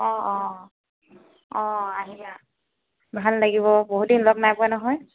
অ অ অ আহিবা ভাল লাগিব বহুত দিন লগ নাই পোৱা নহয়